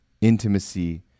intimacy